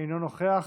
אינו נוכח,